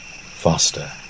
faster